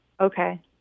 Okay